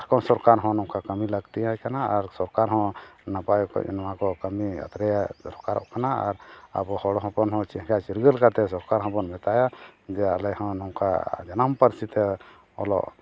ᱡᱷᱟᱲᱠᱷᱚᱸᱰ ᱥᱚᱨᱠᱟᱦᱚᱸ ᱱᱚᱝᱠᱟ ᱠᱟᱹᱢᱤ ᱞᱟᱹᱠᱛᱤᱭᱟᱭ ᱠᱟᱱᱟ ᱟᱨ ᱥᱚᱨᱠᱟᱨᱦᱚᱸ ᱱᱟᱯᱟᱭ ᱚᱠᱚᱡᱜ ᱱᱚᱣᱟᱠᱚ ᱠᱟᱹᱢᱤ ᱟᱛᱨᱮ ᱫᱚᱨᱠᱟᱨᱚᱜ ᱠᱟᱱᱟ ᱟᱨ ᱟᱵᱚ ᱦᱚᱲ ᱦᱚᱯᱚᱱᱦᱚᱸ ᱪᱮᱸᱜᱷᱟᱼᱪᱤᱨᱜᱟᱹᱞ ᱠᱟᱛᱮᱫ ᱥᱚᱨᱠᱟᱨᱦᱚᱸ ᱵᱚᱱ ᱢᱮᱛᱟᱭᱟ ᱡᱮ ᱟᱞᱮᱦᱚᱸ ᱱᱚᱝᱟᱠ ᱡᱟᱱᱟᱢ ᱯᱟᱹᱨᱥᱤᱛᱮ ᱚᱞᱚᱜ